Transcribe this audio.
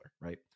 right